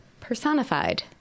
personified